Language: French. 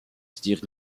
tirs